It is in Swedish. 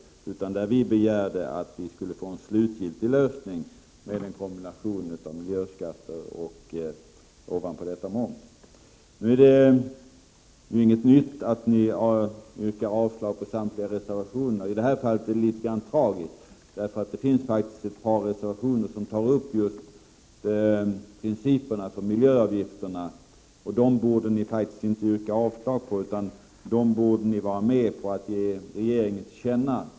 Vi begärde i stället en slutgiltig lösning med en kombination av miljöskatter och ovanpå dessa moms. Det är emellertid inget nytt att ni yrkar avslag på samtliga reservationer. Men i det här fallet är det litet tragiskt. Det finns faktiskt ett par reservationer där reservanterna tar upp just principerna för miljöavgifterna, och dessa borde ni faktiskt inte yrka avslag på. Ni borde i stället vara med på ett tillkännagivande till regeringen i det avseendet.